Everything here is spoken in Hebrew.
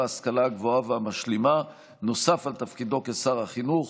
ההשכלה הגבוהה והמשלימה נוסף על תפקידו כשר החינוך,